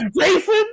Jason